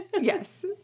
Yes